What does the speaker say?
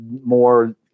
more